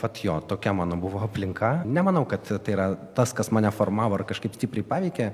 vat jo tokia mano buvo aplinka nemanau kad tai yra tas kas mane formavo ar kažkaip stipriai paveikė